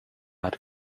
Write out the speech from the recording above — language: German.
hat